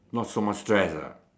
not so much stress lah